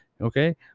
Okay